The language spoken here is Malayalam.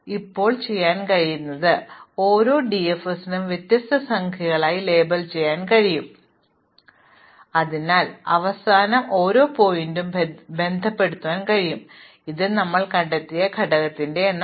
അതിനാൽ നമുക്ക് ഇപ്പോൾ ചെയ്യാൻ കഴിയുന്നത് നമുക്ക് ഓരോ ഡിഎഫ്എസിനെയും വ്യത്യസ്ത സംഖ്യകളുമായി ലേബൽ ചെയ്യാൻ കഴിയും അതിനാൽ അവസാനം ഓരോ ശീർഷകവുമായും ബന്ധപ്പെടുത്താൻ കഴിയും അത് ഞങ്ങൾ കണ്ടെത്തിയ ഘടകത്തിന്റെ എണ്ണം